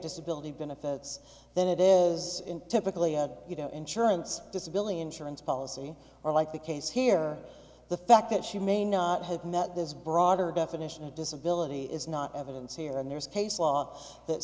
disability benefits than it is typically a you know insurance disability insurance policy or like the case here the fact that she may not have met this broader definition of disability is not evidence here and there's case law that